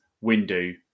window